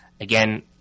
Again